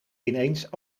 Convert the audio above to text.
ineens